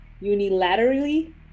unilaterally